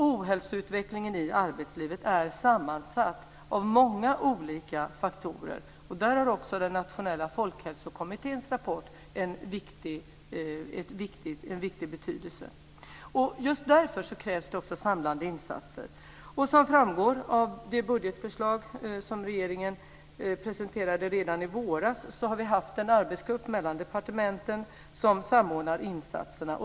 Ohälsoutvecklingen i arbetslivet är sammansatt av många olika faktorer. Där har också den nationella folkhälsokommitténs rapport en viktig betydelse. Just därför krävs det också samlade insatser. Som framgår av det budgetförslag som regeringen presenterade redan i våras har vi haft en arbetsgrupp mellan departementen som samordnar insatserna.